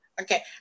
Okay